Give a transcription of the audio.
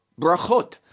brachot